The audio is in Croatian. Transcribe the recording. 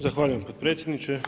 Zahvaljujem potpredsjedniče.